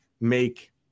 make